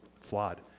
flawed